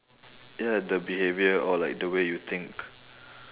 ya the behaviour or like the way you think